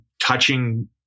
touching